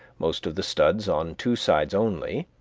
most of the studs on two sides only,